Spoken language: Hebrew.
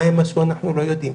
מה הם עשו אנחנו לא יודעים,